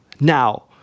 Now